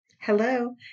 Hello